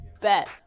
Bet